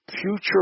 future